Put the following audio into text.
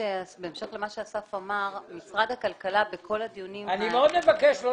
בהמשך למה שאסף אמר, משרד הכלכלה בכל הדיונים שהיו